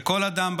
וכל אדם,